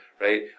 right